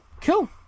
Cool